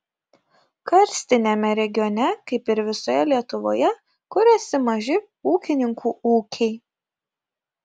karstiniame regione kaip ir visoje lietuvoje kuriasi maži ūkininkų ūkiai